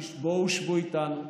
בואו שבו איתנו,